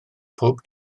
pob